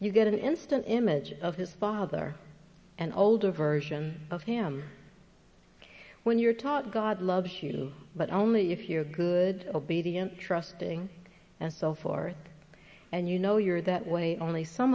you get an instant image of his father and older version of him when you're taught god loves you but only if you're good obedient trusting and so forth and you know you're that way only some